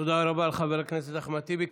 תודה רבה לחבר הכנסת אחמד טיבי.